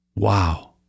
wow